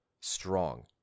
strong